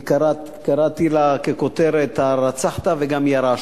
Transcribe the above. קראתי לה בכותרת: הרצחת וגם ירשת.